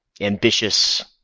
ambitious